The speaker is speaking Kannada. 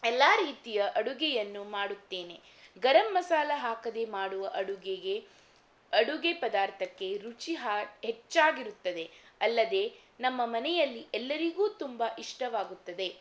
ಎಲ್ಲ ರೀತಿಯ ಅಡುಗೆಯನ್ನು ಮಾಡುತ್ತೇನೆ ಗರಮ್ ಮಸಾಲ ಹಾಕದೆ ಮಾಡುವ ಅಡುಗೆಗೆ ಅಡುಗೆ ಪದಾರ್ಥಕ್ಕೆ ರುಚಿ ಹ ಹೆಚ್ಚಾಗಿರುತ್ತದೆ ಅಲ್ಲದೇ ನಮ್ಮ ಮನೆಯಲ್ಲಿ ಎಲ್ಲರಿಗೂ ತುಂಬ ಇಷ್ಟವಾಗುತ್ತದೆ